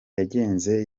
yagenze